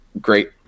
great